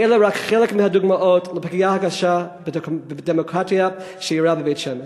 ואלה רק חלק מהדוגמאות לפגיעה הקשה בדמוקרטיה שאירעה בבית-שמש.